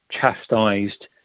chastised